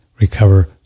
recover